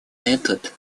метод